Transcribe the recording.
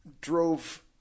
drove